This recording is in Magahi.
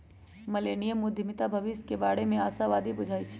मिलेनियम उद्यमीता भविष्य के बारे में आशावादी बुझाई छै